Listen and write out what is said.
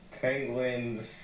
penguins